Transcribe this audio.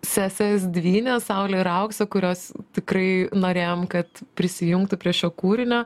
seses dvynes saulę ir auksę kurios tikrai norėjom kad prisijungtų prie šio kūrinio